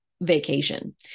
vacation